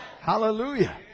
Hallelujah